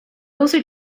also